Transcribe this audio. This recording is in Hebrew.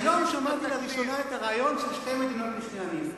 היום שמעתי לראשונה את הרעיון של שתי מדינות לשני עמים.